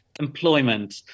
employment